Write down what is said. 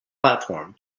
platform